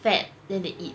fat then they eat